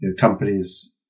companies